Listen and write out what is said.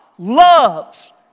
Loves